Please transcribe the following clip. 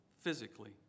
physically